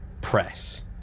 press